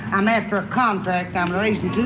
i'm after a contract. i'm raising